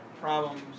problems